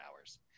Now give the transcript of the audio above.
hours